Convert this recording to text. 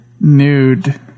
Nude